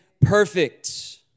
perfect